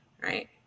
right